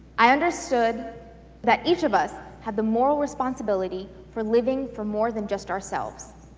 i understood that each of us had the moral responsibility for living for more than just ourselves.